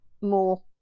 more